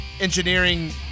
engineering